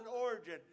origin